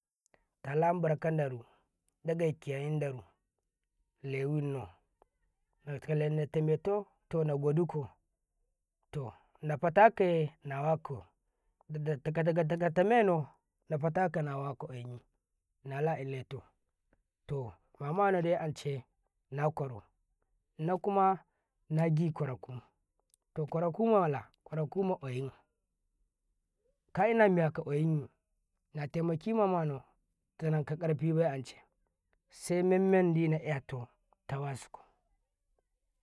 ﻿tala barka daru dagai kiyayi darule winnau na kale to nata metau to na godukau to nafatako na wakauto gata gata menau nafa taka nawaka ƙwayin nala iletau to mamanadai ance naƙwaro na kuma nagi ƙwaraku to ƙwa raku mala ƙwaraku ma ƙwayin kaina miya kaƙwayinyi nate maki mama nau shikenan kaƙarfi se memmandi nawakau temazu.